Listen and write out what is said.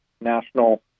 national